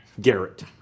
Garrett